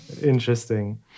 interesting